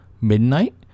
Midnight